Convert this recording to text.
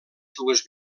seues